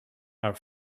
our